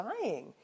dying